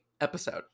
episode